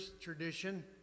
tradition